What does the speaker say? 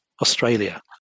Australia